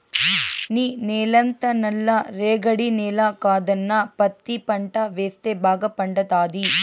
నీ నేలంతా నల్ల రేగడి నేల కదన్నా పత్తి పంట వేస్తే బాగా పండతాది